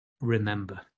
remember